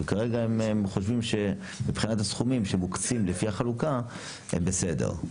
וכרגע הם חושבים שמבחינת הסכומים שמוקצים לפי החלוקה הם בסדר.